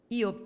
io